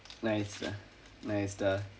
nice dah nice dah